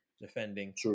defending